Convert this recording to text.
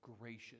gracious